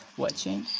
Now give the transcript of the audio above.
watching